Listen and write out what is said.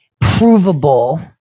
provable